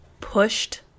Pushed